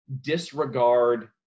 disregard